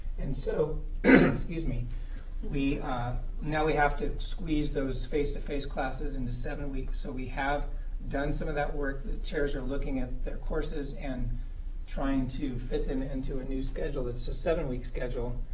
and so excuse me now we have to squeeze those face-to-face classes into seven weeks, so we have done some of that work. the chairs are looking at their courses and trying to fit them into a new schedule that's a seven-week schedule,